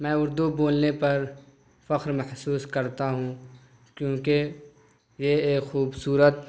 میں اردو بولنے پر فخر محسوس کرتا ہوں کیونکہ یہ ایک خوبصورت